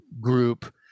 group